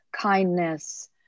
kindness